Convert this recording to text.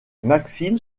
maxime